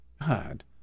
God